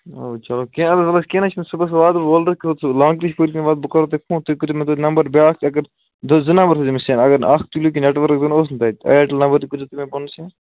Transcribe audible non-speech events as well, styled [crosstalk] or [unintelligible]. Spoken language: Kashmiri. او چَلو کیٚنٛہہ اَدٕ حظ وَلہٕ حظ کیٚنٛہہ نہَ حظ چھُنہٕ صُبحس [unintelligible] بہٕ کَرو تُہۍ فون تُہۍ کٔرزیو مےٚ توتہِ نمبر بیٛاکھ زٕ زٕ نمبر [unintelligible] سٮ۪نٛڈ اگر نہٕ اکھ [unintelligible] ٮ۪نٹ ؤرک زن اوس نہٕ تَتہِ ایرٹٮ۪ل نمبر تہِ کٔرزیو تُہۍ مےٚ پنُن سٮ۪نٛڈ